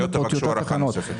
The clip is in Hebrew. ולא תבקשו הארכה נוספת.